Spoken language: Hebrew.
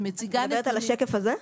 את מדברת על השקף הזה?